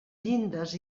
llindes